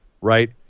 right